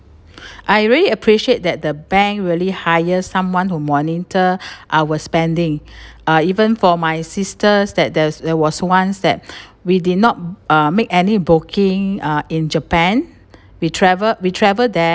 I really appreciate that the bank really hire someone who monitor our spending uh even for my sisters that there's there was once that we did not uh make any booking uh in japan we travel we travel there